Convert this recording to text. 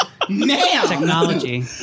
Technology